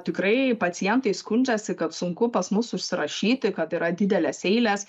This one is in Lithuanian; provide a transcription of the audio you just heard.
tikrai pacientai skundžiasi kad sunku pas mus užsirašyti kad yra didelės eilės